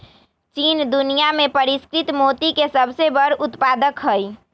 चीन दुनिया में परिष्कृत मोती के सबसे बड़ उत्पादक हई